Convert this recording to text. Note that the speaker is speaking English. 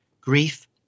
Grief